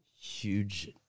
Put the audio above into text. huge